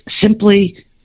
simply